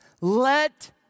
let